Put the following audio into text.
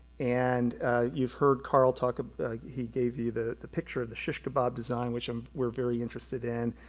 and you've heard carl talk he gave you the the picture of the shish kabob design, which um we're very interested in,